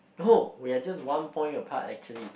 !oho! we are just one point apart actually